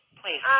please